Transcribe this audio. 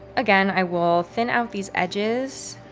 again, i will thin out these edges.